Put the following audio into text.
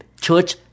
church